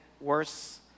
worse